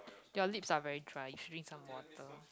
your lips are very dry you should drink some water